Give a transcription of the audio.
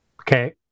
Okay